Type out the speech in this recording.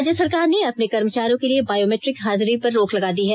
राज्य सरकार ने अपने कर्मचारियों के लिए बायोमेट्रिक हाजिरी पर रोक लगा दी है